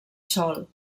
sol